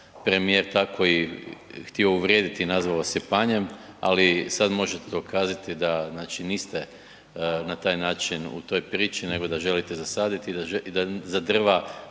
premijer tako i htio uvrijediti i nazvao vas je panjem, ali sad možete dokazati da znači niste na taj način u toj priči, nego da želite zasaditi i da za drva